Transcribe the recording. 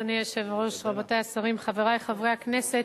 אדוני היושב-ראש, רבותי השרים, חברי חברי הכנסת,